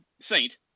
Saint